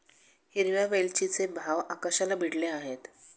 हिरव्या वेलचीचे भाव आकाशाला भिडले आहेत